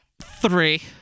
three